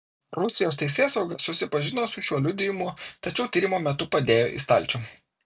rusijos teisėsauga susipažino su šiuo liudijimu tačiau tyrimo metu padėjo į stalčių